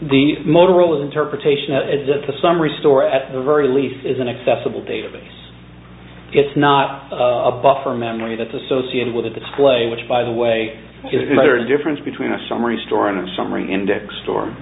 the motorola's interpretation is that the summary story at the very least isn't accessible database it's not a buffer memory that's associated with the display which by the way the difference between a summary store and summary index stor